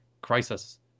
crisis